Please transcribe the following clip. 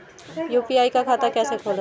UPI का खाता कैसे खोलें?